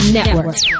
Network